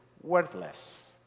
worthless